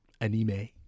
anime